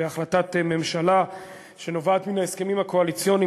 בהחלטת ממשלה שנובעת מן ההסכמים הקואליציוניים,